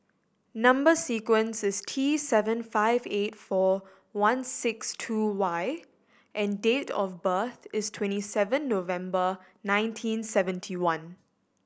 number sequence is T seven five eight four one six two Y and date of birth is twenty seven November nineteen seventy one